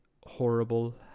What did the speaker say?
horrible